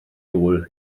nôl